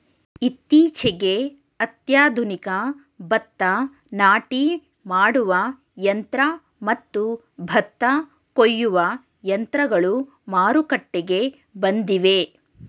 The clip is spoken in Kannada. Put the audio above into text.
ಇತ್ತೀಚೆಗೆ ಅತ್ಯಾಧುನಿಕ ಭತ್ತ ನಾಟಿ ಮಾಡುವ ಯಂತ್ರ ಮತ್ತು ಭತ್ತ ಕೊಯ್ಯುವ ಯಂತ್ರಗಳು ಮಾರುಕಟ್ಟೆಗೆ ಬಂದಿವೆ